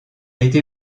été